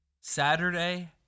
Saturday